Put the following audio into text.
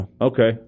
Okay